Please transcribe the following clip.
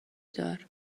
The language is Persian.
دار